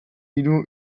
hiru